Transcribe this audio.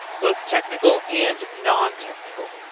both technical and non-technical.